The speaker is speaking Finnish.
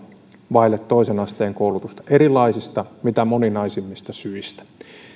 vaille toisen asteen koulutusta erilaisista mitä moninaisimmista syistä en